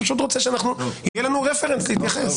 אני פשוט רוצה שיהיה לנו רפרנס להתייחס.